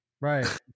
Right